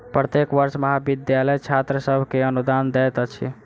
प्रत्येक वर्ष महाविद्यालय छात्र सभ के अनुदान दैत अछि